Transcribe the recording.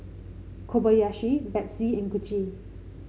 Kobayashi Betsy and Gucci